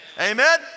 Amen